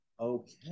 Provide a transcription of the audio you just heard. Okay